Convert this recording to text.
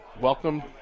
welcome